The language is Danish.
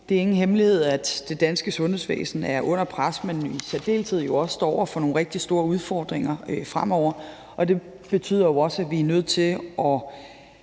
Det er ingen hemmelighed, at det danske sundhedsvæsen er under pres, mens det i særdeleshed også står over for nogle rigtig store udfordringer fremover. Det betyder også, at vi får brug for